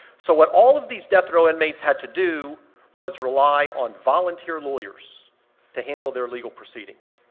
so what all of these death row inmates had to do was rely on volunteer lawyers to handle their legal proceedings.